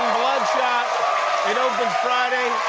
bloodshot. it opens friday.